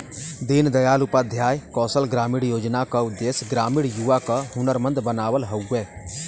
दीन दयाल उपाध्याय कौशल ग्रामीण योजना क उद्देश्य ग्रामीण युवा क हुनरमंद बनावल हउवे